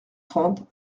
trente